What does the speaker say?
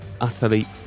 utterly